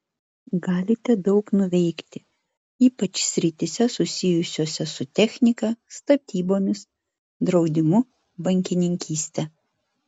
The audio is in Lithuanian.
galite daug nuveikti ypač srityse susijusiose su technika statybomis draudimu bankininkyste